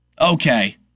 Okay